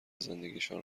زندگیشان